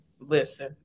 Listen